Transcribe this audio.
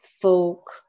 folk